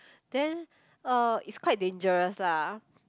then uh it's quite dangerous lah